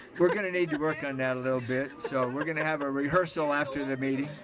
we're gonna need to work on that a little bit so we're gonna have a rehearsal after the meeting.